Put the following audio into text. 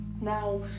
Now